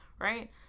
right